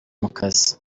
mukazi